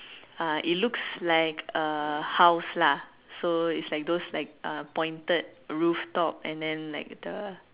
ah it looks like a house lah so it's like those like a pointed roof top and then like the